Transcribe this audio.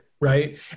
Right